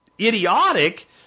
idiotic